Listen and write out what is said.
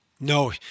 No